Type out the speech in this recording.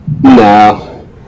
No